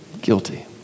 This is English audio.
guilty